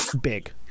big